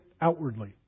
outwardly